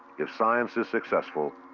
if science is successful,